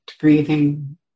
breathing